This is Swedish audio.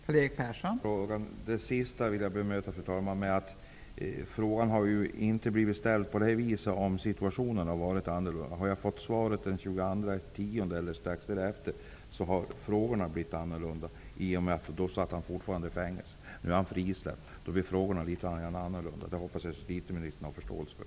Fru talman! Det sistnämnda vill jag bemöta, därför att frågan hade ju inte ställts på detta vis om situationen hade varit annorlunda. Hade jag fått svaret den 22 oktober eller strax därefter, hade frågorna blivit annorlunda, eftersom vederbörande då fortfarande satt i fängelse. Han är nu frisläppt, och då blir frågorna litet annorlunda. Detta hoppas jag att justitieministern har förståelse för.